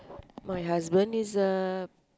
my husband is a